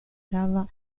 cava